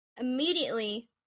immediately